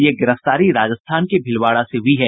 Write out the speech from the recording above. ये गिरफ्तारी राजस्थान के भीलवाड़ा से हुई है